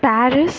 Paris